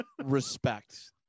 respect